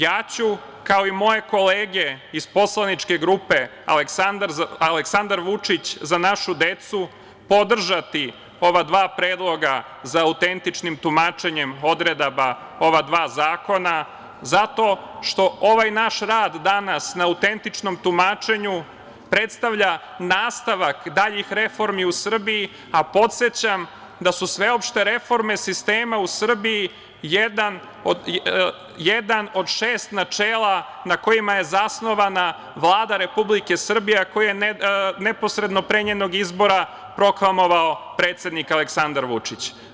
Ja ću, kao i moje kolege iz poslaničke grupe Aleksandar Vučić – Za našu decu, podržati ova dva predloga za autentičnim tumačenjem odredaba ova dva zakona zato što ovaj naš rad danas na autentičnom tumačenju predstavlja nastavak daljih reformi u Srbiji, a podsećam da su sveopšte reforme sistema u Srbiji jedan od šest načela na kojima je zasnovana Vlada Republike Srbije, a koje je neposredno pre njenog izbora proklamovao predsednik Aleksandar Vučić.